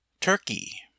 Turkey